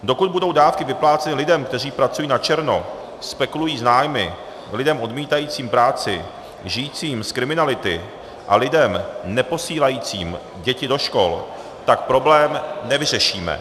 Dokud budou dávky vypláceny lidem, kteří pracují načerno, spekulují s nájmy, lidem odmítajícím práci, žijícím z kriminality a lidem neposílajícím děti do škol, tak problém nevyřešíme.